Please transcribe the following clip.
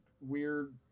weird